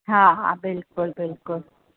हा हा बिल्कुलु बिल्कुलु